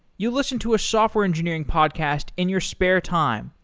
you listen to a software engineering podcast in your spare time,